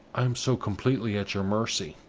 i am so completely at your mercy!